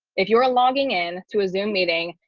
if you're ah logging in to a zoom meeting,